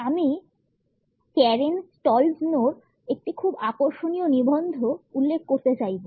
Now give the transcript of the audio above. আমি কারেন স্টলজনোর একটি খুব আকর্ষণীয় নিবন্ধ উল্লেখ করতে চাইব